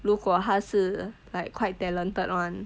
如果他是 like quite talented [one]